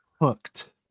hooked